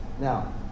Now